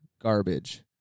Garbage